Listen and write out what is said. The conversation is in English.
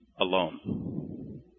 alone